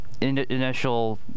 initial